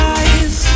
eyes